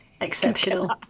exceptional